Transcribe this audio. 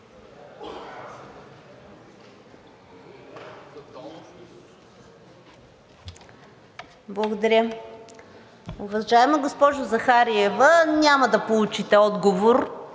Благодаря. Уважаема госпожо Захариева, няма да получите отговор,